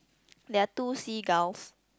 there are two seagulls